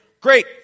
great